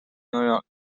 york